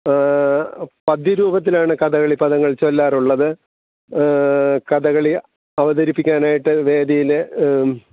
പദ്യ രൂപത്തിലാണ് കഥകളിപ്പദങ്ങൾ ചൊല്ലാറുള്ളത് കഥകളി അവതരിപ്പിക്കാനായിട്ട് വേദിയിൽ